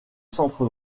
centre